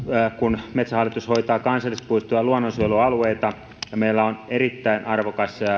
kun metsähallitus hoitaa kansallispuistoja ja luonnonsuojelualueita ja meillä on erittäin arvokas